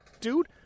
dude